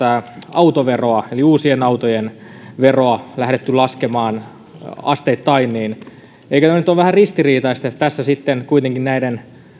autoveroa eli uusien autojen veroa lähdetty laskemaan asteittain niin eikö tämä nyt ole vähän ristiriitaista että sitten kuitenkin näiden